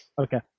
Okay